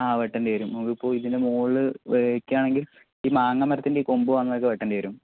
ആ വെട്ടേണ്ടി വരും നമുക്ക് ഇപ്പോൾ ഇതിൻ്റെ മുകളിൽ വെക്കുവാണെങ്കിൽ ഈ മാങ്ങ മരത്തിൻ്റെ ഈ കൊമ്പ് വന്നൊക്കെ വെട്ടേണ്ടി വരും